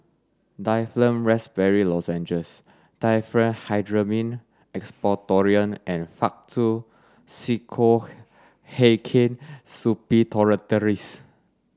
Difflam Raspberry Lozenges Diphenhydramine Expectorant and Faktu Cinchocaine Suppositories